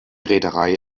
reederei